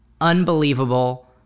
unbelievable